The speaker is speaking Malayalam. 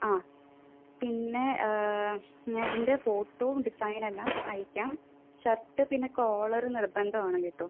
ആ പിന്നെ ഞാനതിൻ്റെ ഫോട്ടോ ഡിസൈൻ എല്ലാം അയയ്ക്കാം ഷർട്ട് പിന്നെ കോളർ നിർബന്ധമാണ് കേട്ടോ